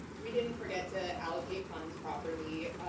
we didn't forget to allocate funds properly.